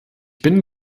bin